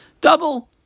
double